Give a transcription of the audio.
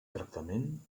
tractament